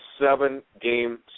seven-game